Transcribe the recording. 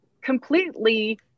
completely